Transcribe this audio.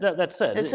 that said he's